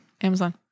Amazon